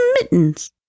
mittens